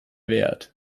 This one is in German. wert